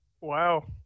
Wow